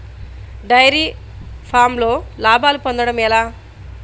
Dairy ఫామ్లో లాభాలు పొందడం ఎలా?